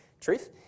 truth